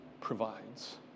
provides